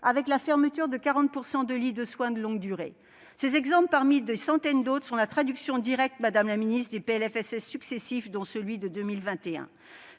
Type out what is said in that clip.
avec la fermeture de 40 % des lits de soins de longue durée ! Ces exemples, parmi des centaines d'autres, sont la traduction directe, madame la ministre, des PLFSS successifs, dont celui de 2021.